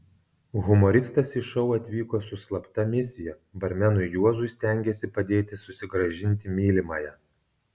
humoristas į šou atvyko su slapta misija barmenui juozui stengėsi padėti susigrąžinti mylimąją